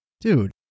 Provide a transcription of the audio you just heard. dude